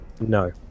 No